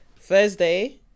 Thursday